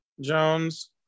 Jones